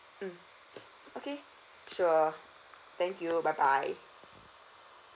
mm okay sure thank you bye bye